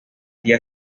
día